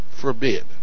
forbid